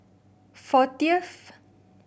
fortieth